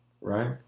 Right